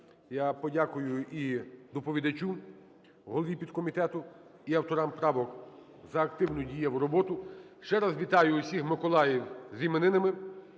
Я подякую і доповідачу – голові підкомітету, і авторам правок за активну, дієву роботу. Ще раз вітаю усіх Миколаїв з іменинами.